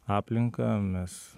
aplinką mes